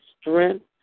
strength